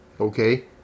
Okay